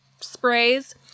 sprays